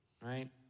right